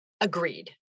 Agreed